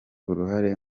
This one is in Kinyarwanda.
uruhare